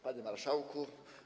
Panie Marszałku!